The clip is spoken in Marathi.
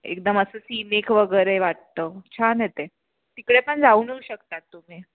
एकदम असं सीनिक वगैरे वाटतं छान आहे ते तिकडे पण जाऊन येऊ शकतात तुम्ही